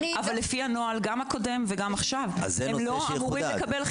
אבל לפי הנוהל הקודם והחדש זה לא אמור להיות כך.